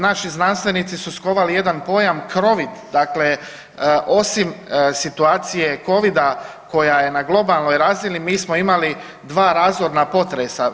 Naši znanstvenici su skovali jedan pojam „crovid“ dakle osim situacije Covida koja je na globalnoj razini, mi smo imali dva razorna potresa.